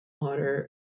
water